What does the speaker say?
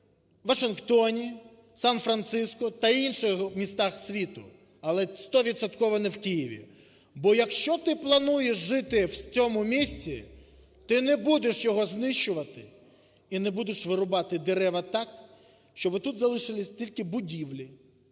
Вашингтоні, Сан-Франциску, та інших містах світу, але стовідсотково не в Києві. Бо, якщо ти плануєш жити в цьому місті, ти не будеш його знищувати і не будеш вирубати дерева так, щоби тут залишилися тільки будівлі,